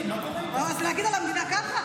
אז להגיד על המדינה ככה?